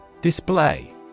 Display